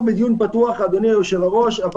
אנחנו בדיון פתוח אדוני היושב ראש אבל